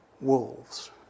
wolves